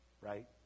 right